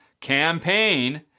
campaign